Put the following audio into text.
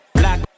black